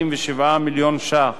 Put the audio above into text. הסוכנות